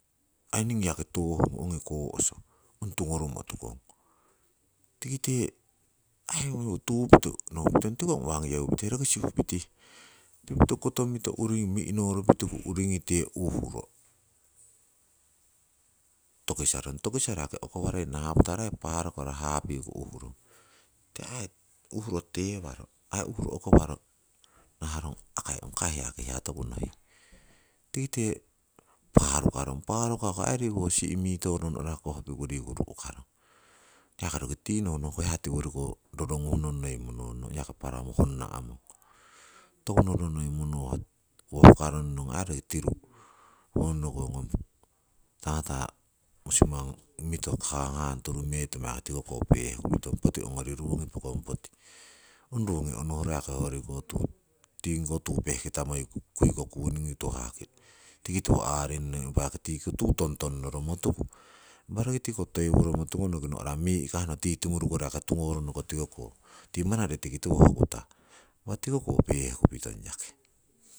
Aii ningii yaki tohungu ongi kohso ong tungoromo tukong, tikite aii tupito nohupiton tiko ong uwa ngoyeupitihe roki sihupiton. Sihupito koto mito uringi mi'norupitiku, uringite uhuro tokisarong, tokisaro ukowareino hapatoro aii parukaro hapi'ku uhuro, tikite aii uhuro tewaro aii uhuro ukowaro naharong akai ong kai hiyaki tokunoi. Tikite parukarong, parukaku ho riku si' mitoro no'ra koh piku ru'karong. Nii ko yaki tinohno ong hiya tiworiko roronguhnong riku noi mononnong, ong yaki paramo honna'mong. Toku noru noi monoh owo hukarong nong, aii roki tiru honno ko ngong tata musimangi miton honnah torumetimo tikoko pehkupitong, poti ongori rungi pokong poti. Ong rungi onohro hoyori tuu tingiko tuu pehkita moikuiko kuningi tuhah, impa aarinnong, impa yaki tii tuu tongtong noromotuku. Impah roki tikiko toiworomo tukonoki no'ra mii' kahno tii timorukori tungoronoko tikiko. Tii manare tikiko hokutah, impa tikoko pehkupitong yaki.